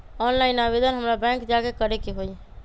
Online आवेदन हमरा bank जाके करे के होई?